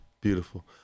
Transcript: Beautiful